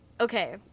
okay